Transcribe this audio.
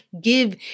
give